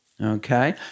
okay